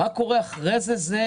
תשכ"ז-1967.